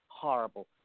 horrible